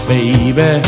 Baby